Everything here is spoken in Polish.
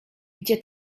gdzie